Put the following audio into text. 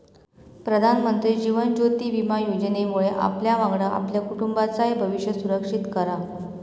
प्रधानमंत्री जीवन ज्योति विमा योजनेमुळे आपल्यावांगडा आपल्या कुटुंबाचाय भविष्य सुरक्षित करा